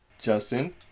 Justin